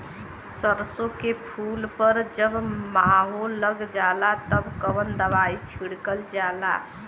सरसो के फूल पर जब माहो लग जाला तब कवन दवाई छिड़कल जाला?